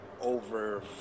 over